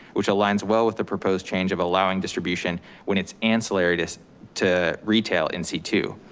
which aligns well with the proposed change of allowing distribution when it's ancillary to to retail in c two.